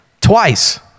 twice